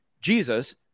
Jesus